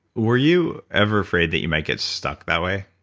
were you ever afraid that you might get stuck that way?